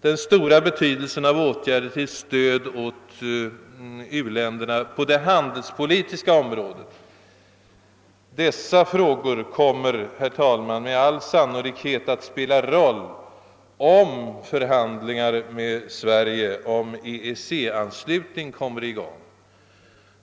den stora betydelsen av åtgärder till stöd åt u-länderna på det handelspolitiska området. Dessa frågor kommer, herr talman, med viss sannolikhet att spela en roll, om förhandlingar med vårt land om EEC-anslutning kommer i gång.